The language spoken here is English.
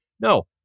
No